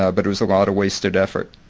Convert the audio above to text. ah but it was a lot of wasted effort.